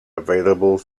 available